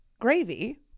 gravy